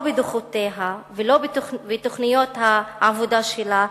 לא בדוחותיה ולא בתוכניות העבודה שלה,